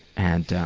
and